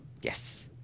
Yes